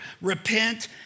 Repent